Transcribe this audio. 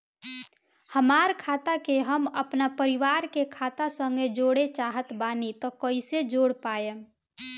हमार खाता के हम अपना परिवार के खाता संगे जोड़े चाहत बानी त कईसे जोड़ पाएम?